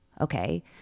Okay